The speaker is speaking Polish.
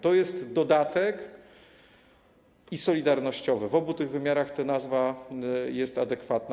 To jest i dodatek, i solidarnościowy, w obu tych wymiarach ta nazwa jest adekwatna.